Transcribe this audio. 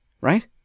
right